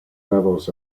levels